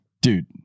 Dude